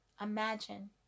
imagine